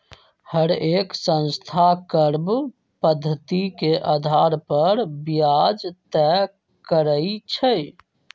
हरेक संस्था कर्व पधति के अधार पर ब्याज तए करई छई